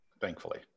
thankfully